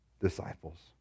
disciples